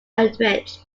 utrecht